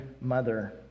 mother